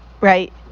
right